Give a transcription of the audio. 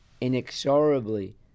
inexorably